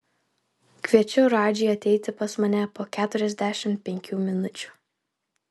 kviečiu radžį ateiti pas mane po keturiasdešimt penkių minučių